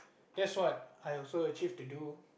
that's what I'll also achieve to do